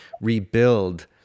rebuild